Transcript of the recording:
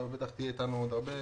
בטח תהיה איתנו עוד הרבה.